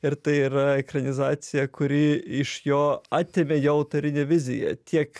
ir tai yra ekranizacija kuri iš jo atėmė jo autorinę viziją tiek